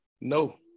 No